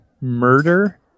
murder